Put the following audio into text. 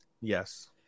Yes